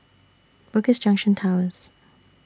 Bugis Junction Towers